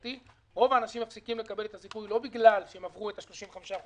רוב האנשים מפסיקים לקבל את הזיכוי לא בגלל שהם עברו את ה-35%